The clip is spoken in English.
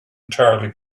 entirely